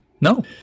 No